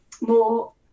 more